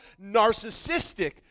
narcissistic